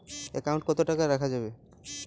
Account কত টাকা রাখা যাবে?